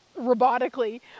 robotically